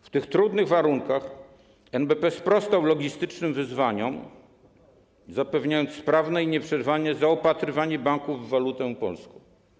W tych trudnych warunkach NBP sprostał logistycznym wyzwaniom, zapewniając sprawne i nieprzerwane zaopatrywanie banków w walutę polską.